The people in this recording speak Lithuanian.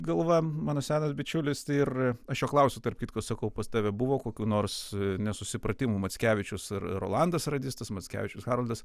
galva mano senas bičiulis tai ir aš jo klausiu tarp kitko sakau pas tave buvo kokių nors nesusipratimų mackevičius ir rolandas radistas mackevičius haroldas